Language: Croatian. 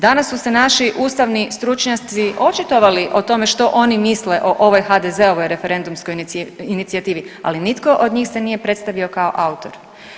Danas su se naši ustavni stručnjaci očitovali o tome što oni misle o ovoj HDZ-ovoj referendumskoj inicijativi, ali nitko od njih se nije predstavio kao autor.